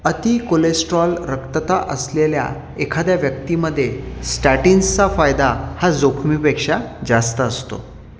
अति कोलेस्ट्रॉल रक्तता असलेल्या एखाद्या व्यक्तीमध्ये स्टॅटिन्सचा फायदा हा जोखमीपेक्षा जास्त असतो